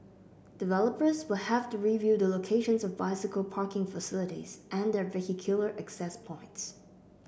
developers will have to review the locations of bicycle parking facilities and their vehicular access points